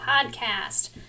Podcast